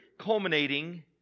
culminating